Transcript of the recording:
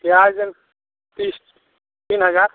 प्याज देब तीस तीन हजार